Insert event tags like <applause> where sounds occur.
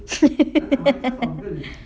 <laughs>